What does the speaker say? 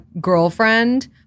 girlfriend